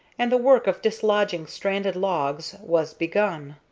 and the work of dislodging stranded logs was begun.